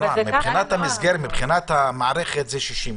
מבחינת המערכת זה 60 ימים.